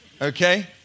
Okay